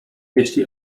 jeśli